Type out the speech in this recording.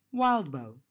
Wildbow